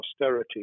austerity